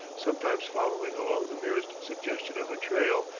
sometimes following along the merest suggestion of a trail,